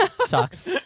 Sucks